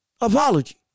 apology